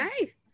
Nice